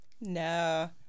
No